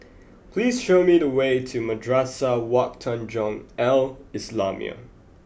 please show me the way to Madrasah Wak Tanjong Al Islamiah